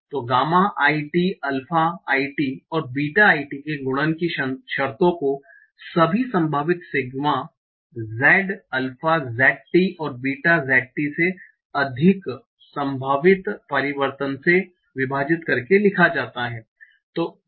तो gamma i t alpha i t और beta i t के गुणन की शर्तों को सभी संभावित sigma z alpha j t और बीटा j t से अधिक संभावित परिवर्तन से विभाजित करके लिखा गया है